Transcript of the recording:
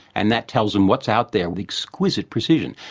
and that tells them what's out there with exquisite precision.